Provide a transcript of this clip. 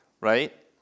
right